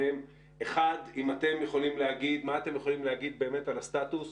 האסון ההומניטרי בביירות,